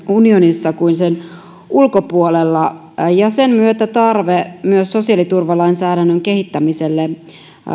unionissa kuin sen ulkopuolella ja sen myötä tarve myös sosiaaliturvalainsäädännön kehittämiselle